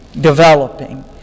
developing